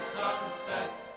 sunset